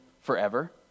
forever